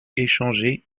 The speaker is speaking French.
échanger